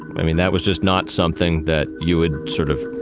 i mean, that was just not something that you would sort of,